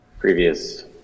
previous